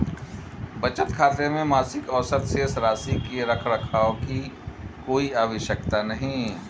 बचत खाते में मासिक औसत शेष राशि के रख रखाव की कोई आवश्यकता नहीं